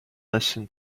listen